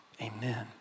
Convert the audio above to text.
amen